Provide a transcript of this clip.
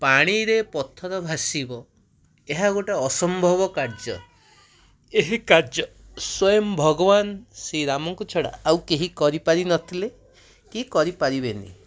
ପାଣିରେ ପଥର ଭାସିବ ଏହା ଗୋଟେ ଅସମ୍ଭବ କାର୍ଯ୍ୟ ଏହି କାର୍ଯ୍ୟ ସ୍ୱୟଂ ଭଗବାନ ଶ୍ରୀରାମଙ୍କୁ ଛଡ଼ା ଆଉ କେହି କରିପାରିନଥିଲେ କି କରିପାରିବେନି